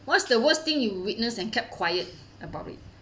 what's the worst thing you witness and kept quiet about it